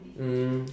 um